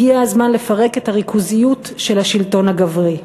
הגיע הזמן לפרק את הריכוזיות של השלטון הגברי.